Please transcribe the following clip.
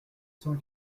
cent